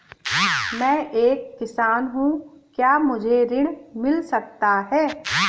मैं एक किसान हूँ क्या मुझे ऋण मिल सकता है?